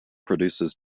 produces